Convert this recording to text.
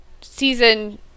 season